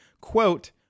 quote